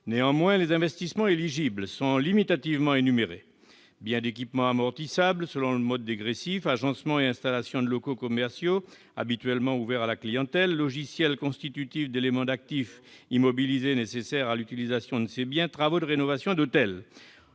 Néanmoins, les investissements éligibles sont limitativement énumérés- biens d'équipement amortissables selon le mode dégressif, agencements et installations de locaux commerciaux habituellement ouverts à la clientèle, logiciels constitutifs d'éléments d'actif immobilisé nécessaires à l'utilisation de ces biens et travaux de rénovation d'hôtel